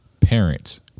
parents